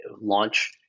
launch